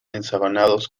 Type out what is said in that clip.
ensabanados